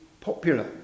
popular